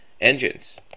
engines